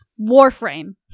Warframe